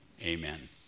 amen